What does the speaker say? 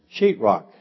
sheetrock